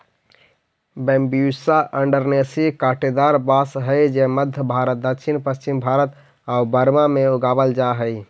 Bambusa arundinacea काँटेदार बाँस हइ जे मध्म भारत, दक्षिण पश्चिम भारत आउ बर्मा में उगावल जा हइ